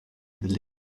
village